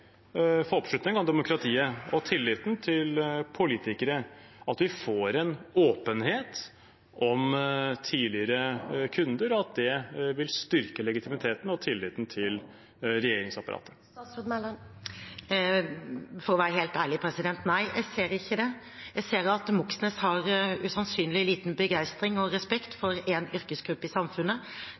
for oppslutningen om demokratiet og tilliten til politikere at vi får en åpenhet om tidligere kunder, og at det vil styrke legitimiteten og tilliten til regjeringsapparatet. For å være helt ærlig: Nei, jeg ser ikke det. Jeg ser at Moxnes har usannsynlig liten begeistring og respekt for en yrkesgruppe i samfunnet.